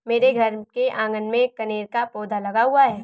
मेरे घर के आँगन में कनेर का पौधा लगा हुआ है